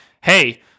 hey